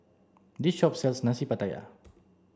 this shop sells Nasi Pattaya